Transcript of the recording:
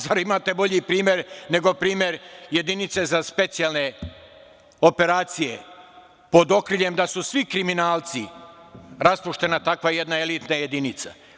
Zar imate bolji primer nego primer jedinice za specijalne operacije, pod okriljem da su svi kriminalci, raspuštena takva jedna elitna jedinica.